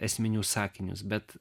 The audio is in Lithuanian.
esminius sakinius bet